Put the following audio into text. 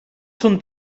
són